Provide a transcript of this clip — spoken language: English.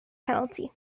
penalty